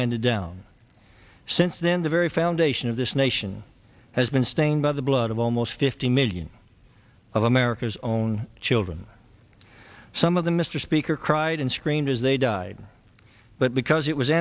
handed down since then the very foundation of this nation has been staying by the blood of almost fifty million of america's own children some of the mr speaker cried and screamed as they died but because it was